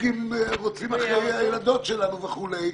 פוגעים בילדות שלנו וכולי.